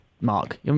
Mark